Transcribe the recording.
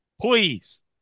please